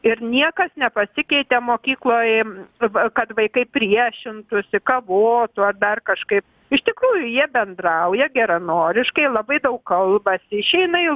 ir niekas nepasikeitė mokykloj arba kad vaikai priešintųsi kavotų tuo dar kažkaip iš tikrųjų jie bendrauja geranoriškai labai daug kalbasi išeina į